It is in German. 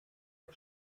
der